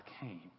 came